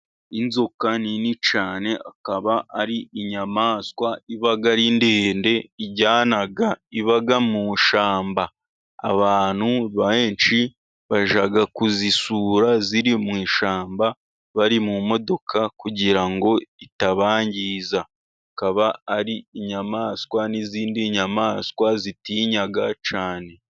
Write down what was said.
Inzoka nini cyane ikaba ari inyamaswa iba ari ndende iryana iba mu ishyamba, abantu benshi bajya kuzisura ziri mu ishyamba bari mu modoka kugira ngo itabangiza, ikaba ari inyamaswa n'izindi nyamaswa zitinya cyane.